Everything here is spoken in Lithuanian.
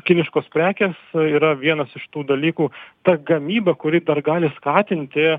kiniškos prekės yra vienas iš tų dalykų ta gamyba kuri dar gali skatinti